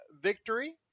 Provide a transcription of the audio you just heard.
victory